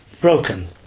broken